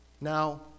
Now